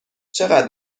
چقدر